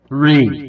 Three